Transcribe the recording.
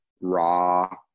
raw